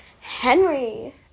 Henry